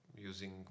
using